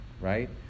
right